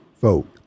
vote